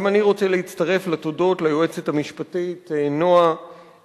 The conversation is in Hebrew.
גם אני רוצה להצטרף לתודות ליועצת המשפטית נועה,